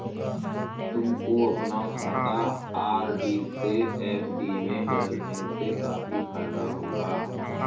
तुमको अपना खाता आर.डी से एफ.डी में बदलने से काफी फायदा होगा